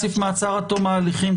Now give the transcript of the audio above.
אם נכניס עכשיו מעצר מתום ההליכים,